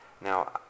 Now